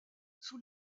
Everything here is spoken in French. sous